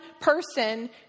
person